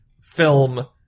film